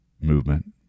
movement